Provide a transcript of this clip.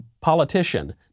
politician